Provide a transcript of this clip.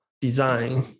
design